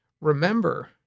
remember